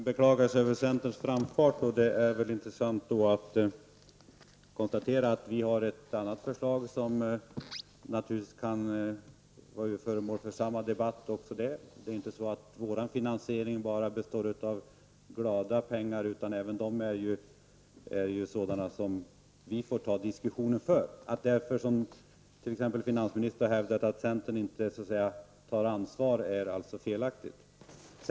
Herr talman! Finansministern beklagar sig över centerpartiets framfart. Det är då intressant att konstatera att vi har ett annat förslag, som naturligtvis också kan bli föremål för motsvarande debatt. Vår finansiering består inte enbart av ”glada pengar”, utan vi kommer att få diskutera den. Finansministern hävdar att centerpartiet inte tar ansvar. Det är således felaktigt.